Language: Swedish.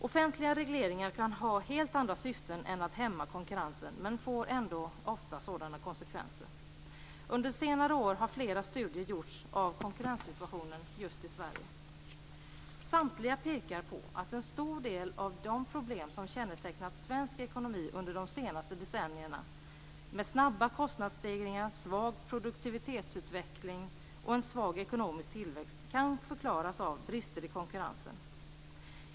Offentliga regleringar kan ha helt andra syften än att hämma konkurrensen, men får ändå ofta sådana konsekvenser. Under senare år har flera studier gjorts av konkurrenssituationen i Sverige. Samtliga pekar på att en stor del av de problem som kännetecknat svensk ekonomi under de senaste decennierna med snabba kostnadsstegringar, svag produktivitetsutveckling och en svag ekonomisk tillväxt kan förklaras av brister i konkurrensen.